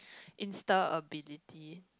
insta ability